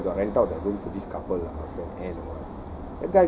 last time I got rant out to this couple ah